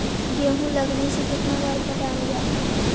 गेहूं लगने से कितना बार पटाया जाता है?